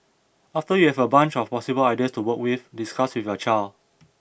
after you have a bunch of possible ideas to work with discuss with your child